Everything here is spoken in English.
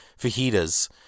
fajitas